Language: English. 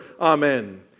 amen